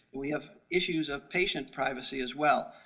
we have issues of patient privacy as well.